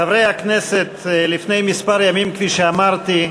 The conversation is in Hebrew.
חברי הכנסת, לפני כמה ימים, כפי שאמרתי,